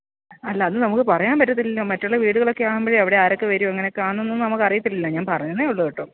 അല്ല അത് നമുക്ക് പറയാന് പറ്റത്തില്ലല്ലോ മറ്റുള്ള വീടുകളൊക്കെ ആവുമ്പോൾ അവിടെ ആരൊക്കെ വരും എങ്ങനെയൊക്കെ ആണെന്നൊന്നും നമുക്ക് അറിയത്തില്ലല്ലോ ഞാന് പറഞ്ഞെന്നേ ഉള്ളു കേട്ടോ